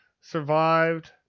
survived